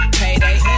payday